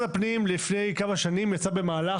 לפני כמה שנים משרד הפנים יצא במהלך